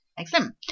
Excellent